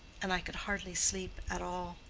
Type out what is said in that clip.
and i could hardly sleep at all.